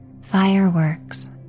fireworks